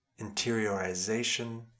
interiorization